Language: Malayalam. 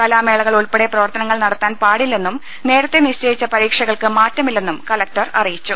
കലാമേളകൾ ഉൾപ്പെടെ പ്രവർത്തനങ്ങൾ നടത്താൻ പാടില്ലെന്നും നേരത്തെ നിശ്ചയിച്ച പരീക്ഷകൾക്ക് മാറ്റമില്ലെന്നും കലക്ടർ അറിയിച്ചു